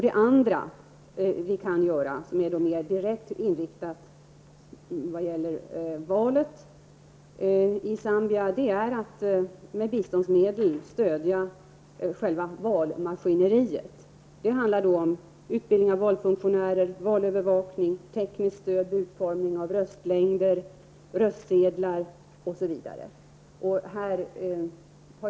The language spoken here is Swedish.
Det andra som vi kan göra är mer direkt inriktat på valet i Zambia, nämligen att med biståndsmedel stödja själva valmaskineriet. Det handlar om utbildning av valfunktionärer, valövervakning, tekniskt stöd, utformning av röstlängder och röstsedlar, osv.